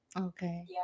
Okay